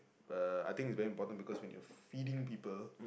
uh I think is very important because when you are feeding people